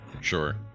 Sure